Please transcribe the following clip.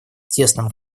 тесном